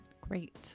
Great